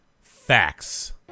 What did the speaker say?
Facts